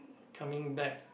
coming back